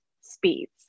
speeds